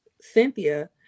Cynthia